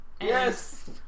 Yes